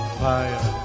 fire